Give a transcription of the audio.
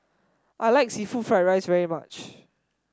I like seafood Fried Rice very much